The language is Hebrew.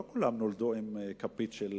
לא כולם נולדו עם כפית של